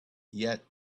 yet